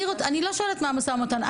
אני לא שואלת מה המשא ומתן.